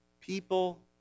People